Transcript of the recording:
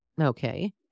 Okay